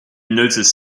noticed